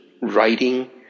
writing